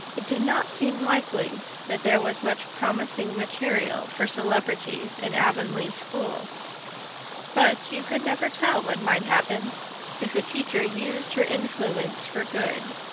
it did not seem likely that there was much promising material for celebrities in avonlea school but you could never tell what might happen if a teacher used her influence for good.